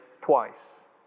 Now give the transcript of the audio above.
twice